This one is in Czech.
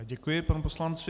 Děkuji panu poslanci.